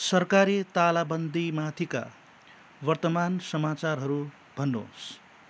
सरकारी तालाबन्दीमाथिका वर्तमान समाचारहरू भन्नुहोस्